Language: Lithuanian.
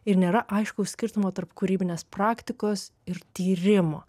ir nėra aiškaus skirtumo tarp kūrybinės praktikos ir tyrimo